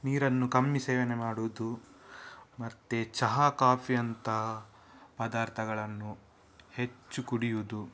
ನೀರನ್ನು ಕಮ್ಮಿ ಸೇವನೆ ಮಾಡುವುದು ಮತ್ತೆ ಚಹಾ ಕಾಫಿ ಅಂತ ಪದಾರ್ಥಗಳನ್ನು ಹೆಚ್ಚು ಕುಡಿಯೋದು